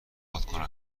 بادکنکا